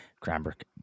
Cranbrook